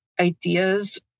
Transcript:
ideas